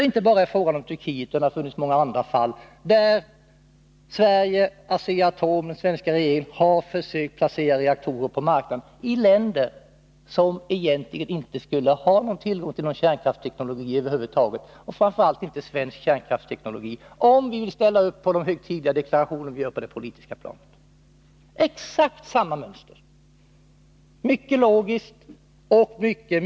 Det är inte bara fråga om Turkiet — det har funnits många andra fall, där Sverige, Asea-Atom och den svenska regeringen har försökt placera reaktorer på marknaden i länder som egentligen inte skulle ha tillgång till någon kärnteknologi över huvud taget, och framför allt inte svensk kärnteknologi, om vi vill leva upp till de högtidliga deklarationer vi gör på det politiska planet. Detta är exakt samma mönster som när det gäller vapenexporten.